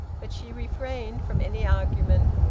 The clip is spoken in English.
but she refrained from any argument,